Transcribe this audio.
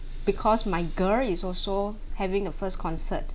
because my girl is also having a first concert